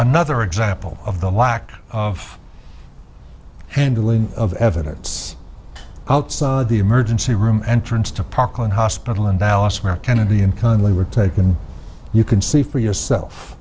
another example of the lack of handling of evidence outside the emergency room entrance to parkland hospital in dallas where kennedy and connally were taken you can see for yourself